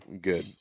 good